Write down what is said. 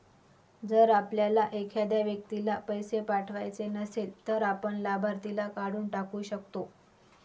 जर आपल्याला एखाद्या व्यक्तीला पैसे पाठवायचे नसेल, तर आपण लाभार्थीला काढून टाकू शकतो